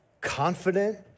confident